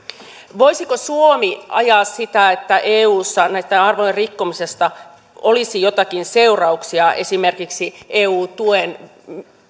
voisiko suomi ajaa sitä että eussa näiden arvojen rikkomisesta olisi joitakin seurauksia esimerkiksi eu tuen